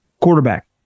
Quarterback